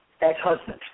ex-husband